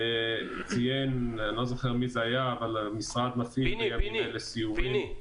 פיני,